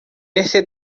este